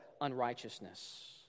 unrighteousness